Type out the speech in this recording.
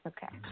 Okay